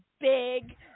big